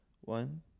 one